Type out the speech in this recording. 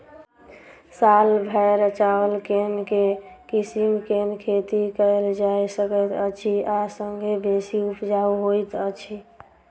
साल भैर चावल केँ के किसिम केँ खेती कैल जाय सकैत अछि आ संगे बेसी उपजाउ होइत अछि?